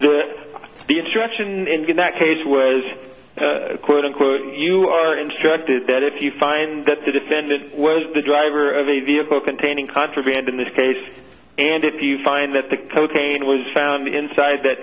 that the instruction in that case was quote unquote you are instructed that if you find that the defendant was the driver of a vehicle containing contraband in this case and if you find that the cocaine was found inside that